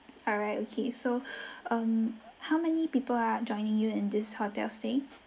alright okay so um how many people are joining you in this hotel stay